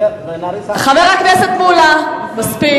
תנו לו להשיב.